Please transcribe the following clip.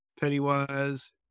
Pennywise